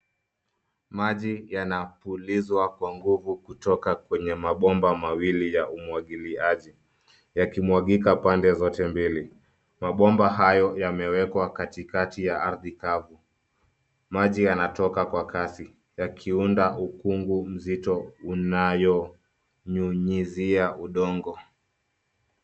Maji yanapulizwa kwa nguvu kutoka kwenye mabomba mawili ya umwagiliaji yakimwagika pande zote mbili . Mabomba hayo yamewekwa katikati ya ardhi kavu. Maji yanatoka kwa kasi yakiunda ukungu mzito unayonyunyizia udongo.